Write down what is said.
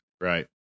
Right